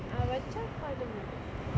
நா வெச்சா பண்ண:naa vecha panna